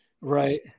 Right